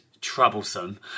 troublesome